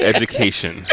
Education